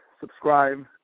subscribe